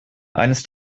eines